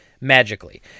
magically